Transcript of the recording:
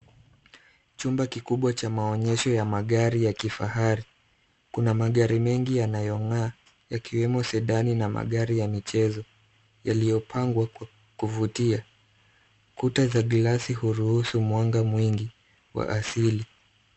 Chumba kikubwa cha maonyesho ya magari ya kifahari. Kuna magari mengi yanayong'aa yakiwemo Sendani na magari ya michezo yaliyopangwa kwa kuvutia. Kuta za glasi huruhusu mwanga mwingi wa asili.